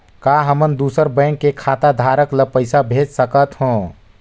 का हमन दूसर बैंक के खाताधरक ल पइसा भेज सकथ हों?